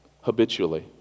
habitually